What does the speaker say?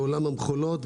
בתחום המכולות,